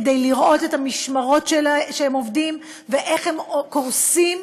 כדי לראות את המשמרות שהם עובדים בהן ואיך הם קורסים,